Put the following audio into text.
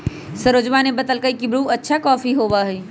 सरोजवा ने बतल कई की ब्रू अच्छा कॉफी होबा हई